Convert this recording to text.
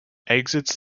exits